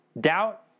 Doubt